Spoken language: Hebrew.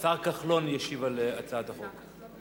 השר כחלון ישיב על הצעת החוק.